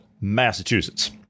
Massachusetts